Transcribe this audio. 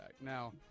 Now